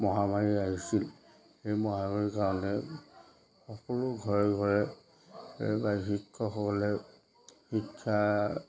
মহামাৰী আহিছিল সেই মহামাৰীৰ কাৰণে সকলো ঘৰে ঘৰে দিয়ে বা শিক্ষকসকলে শিক্ষা